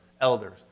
Elders